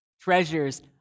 treasures